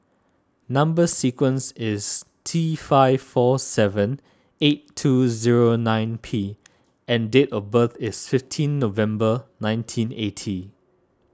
Number Sequence is T five four seven eight two zero nine P and date of birth is fifteen November nineteen eighty